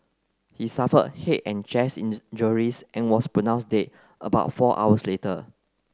he suffered head and chest injuries and was pronounced dead about four hours later